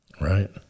Right